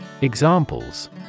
Examples